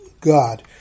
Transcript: God